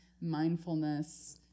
mindfulness